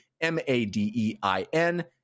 M-A-D-E-I-N